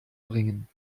bringen